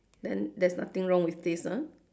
then there's nothing wrong with this ah